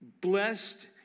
blessed